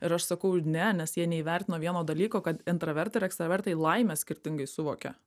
ir aš sakau ne nes jie neįvertino vieno dalyko kad intravertai ir ekstravertai laimę skirtingai suvokia